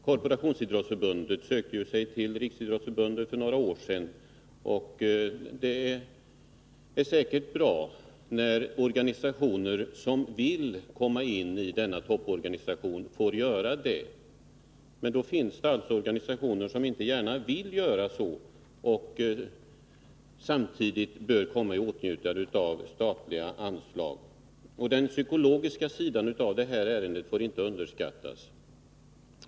Korporationsidrottsförbundet sökte sig ju till Riksidrottsförbundet för några år sedan, och det är säkert bra när organisationer som vill komma in i denna topporganisation får göra det. Det finns alltså organisationer som inte gärna vill det men som bör komma i åtnjutande av statliga anslag. Den psykologiska sidan av det här ärendet får inte underskattas.